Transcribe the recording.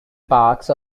parks